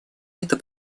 это